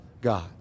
God